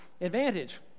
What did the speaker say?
advantage